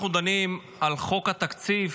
אנחנו דנים על חוק התקציב,